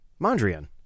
Mondrian